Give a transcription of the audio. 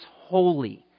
holy